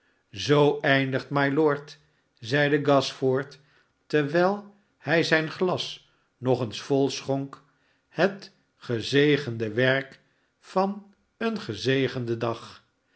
zoo eindigt mylord zeide gashford terwijl hij zijn glas nog eens vol schonk het gezegende werk van een gezegenden dag